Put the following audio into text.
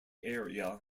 area